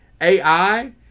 AI